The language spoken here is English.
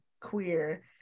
queer